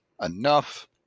enough